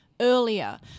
earlier